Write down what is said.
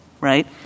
right